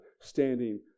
standing